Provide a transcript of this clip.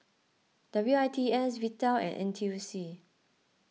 W I T S Vital and N T U C